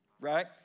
Right